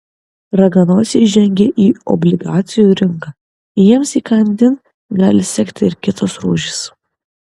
raganosiai žengia į obligacijų rinką jiems įkandin gali sekti ir kitos rūšys